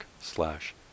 slash